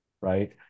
right